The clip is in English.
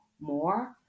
more